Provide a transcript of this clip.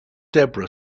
debra